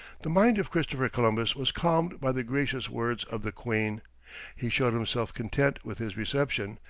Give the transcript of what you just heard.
the mind of christopher columbus was calmed by the gracious words of the queen he showed himself content with his reception,